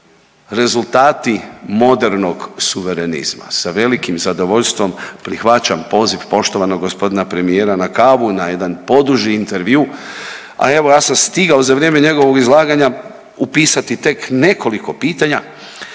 rezultati modernog suverenizma? Sa velikim zadovoljstvom prihvaćam poziv poštovanog g. premijera na kavu, na jedan poduži intervjuu, a evo ja sam stigao za vrijeme njegovog izlaganja upisati tek nekoliko pitanja,